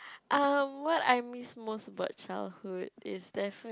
uh what I miss most about childhood is defi~